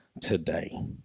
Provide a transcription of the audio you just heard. today